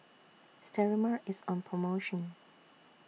Sterimar IS on promotion